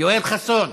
יואל חסון,